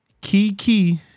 Kiki